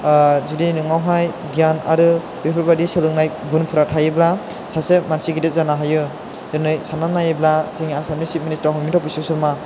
ओह जुदि नोंनावहाय गियान आरो बेफोर बायदि सोलोंनाय गुनफ्रा थायोब्ला सासे मानसि गिदिर जानो हायो दिनै सान्ना नायोब्ला जोंनि आसामनि चिप मिनिस्थार दं हिमन्त' बिश्व सर्मा